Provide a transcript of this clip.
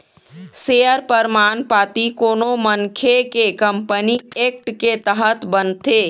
share परमान पाती कोनो मनखे के कंपनी एक्ट के तहत बनथे